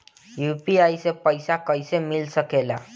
UPI से पइसा कईसे मिल सके ला?